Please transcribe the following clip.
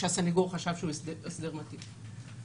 שהסניגור חשב שהוא הסדר מתאים.